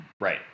Right